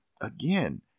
again